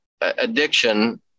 addiction